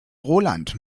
roland